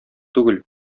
түгел